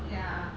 ya